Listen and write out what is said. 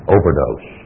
Overdose